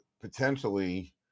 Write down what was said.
potentially